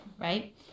right